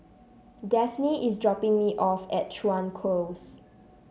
Dafne is dropping me off at Chuan Close